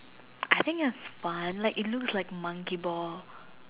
I think is fun it looks like monkey ball